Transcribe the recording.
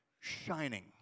shining